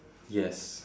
yes